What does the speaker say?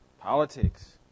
politics